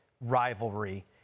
rivalry